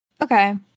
Okay